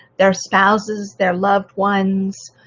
their spouses, their loved ones,